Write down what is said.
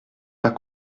pas